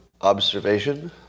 observation